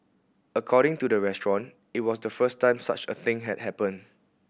according to the restaurant it was the first time such a thing had happened